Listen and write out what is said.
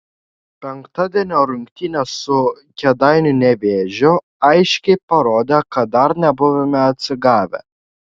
penktadienio rungtynės su kėdainių nevėžiu aiškiai parodė kad dar nebuvome atsigavę